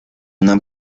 una